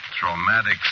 traumatic